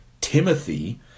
Timothy